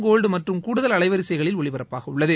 gold மற்றும் கூடுதல் அலைவரிசைகளில் ஒலிபரப்பாக உள்ளது